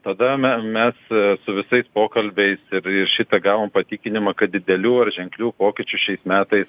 tada me mes su visais pokalbiais ir šitą gavome patikinimą kad didelių ar ženklių pokyčių šiais metais